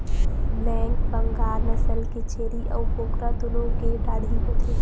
black Bengal नसल के छेरी अउ बोकरा दुनो के डाढ़ही होथे